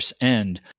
end